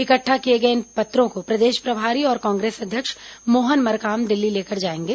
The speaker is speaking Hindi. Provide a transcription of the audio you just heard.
इकट्ठा किए गए इन पत्रों को प्रदेश प्रभारी और कांग्रेस अध्यक्ष मोहन मरकाम दिल्ली लेकर जाएंगे